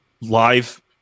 live